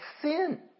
sin